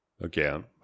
again